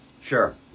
Sure